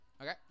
Okay